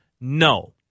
No